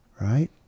right